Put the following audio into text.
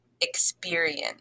experience